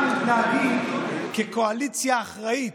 אנחנו מתנהגים כקואליציה אחראית.